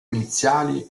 iniziali